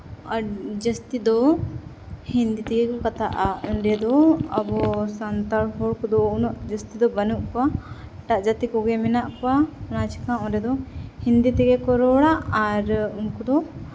ᱡᱟᱹᱥᱛᱤ ᱫᱚ ᱦᱤᱱᱫᱤ ᱛᱮᱜᱮ ᱠᱚ ᱠᱟᱛᱷᱟᱜᱼᱟ ᱚᱸᱰᱮ ᱫᱚ ᱟᱵᱚ ᱥᱟᱱᱛᱟᱲ ᱦᱚᱲ ᱠᱚᱫᱚ ᱩᱱᱟᱹᱜ ᱡᱟᱹᱥᱛᱤ ᱫᱚ ᱵᱟᱹᱱᱩᱜ ᱠᱚᱣᱟ ᱮᱴᱟᱜ ᱡᱟᱹᱛᱤ ᱠᱚᱜᱮ ᱢᱮᱱᱟᱜ ᱠᱚᱣᱟ ᱚᱱᱟ ᱪᱤᱠᱟᱹ ᱚᱸᱰᱮ ᱫᱚ ᱦᱤᱱᱫᱤ ᱛᱮᱜᱮ ᱠᱚ ᱨᱚᱲᱟ ᱟᱨ ᱩᱱᱠᱩ ᱫᱚ